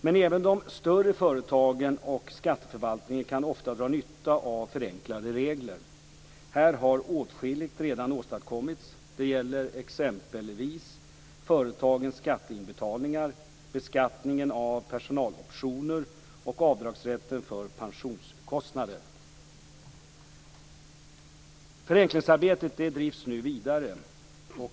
Men även de större företagen och skatteförvaltningen kan ofta dra nytta av förenklade regler. Här har åtskilligt redan åstadkommits. Det gäller exempelvis företagens skatteinbetalningar, beskattningen av personaloptioner och avdragsrätten för pensionskostnader. Förenklingsarbetet drivs nu vidare.